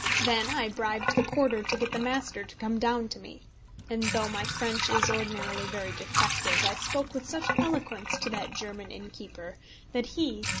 then i bribed the porter to get the master to come down to me and, though my french is ordinarily very defective, i spoke with such eloquence to that german innkeeper that he,